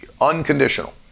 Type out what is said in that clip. Unconditional